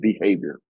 behavior